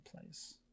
place